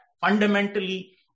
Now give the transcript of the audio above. fundamentally